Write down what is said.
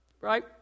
Right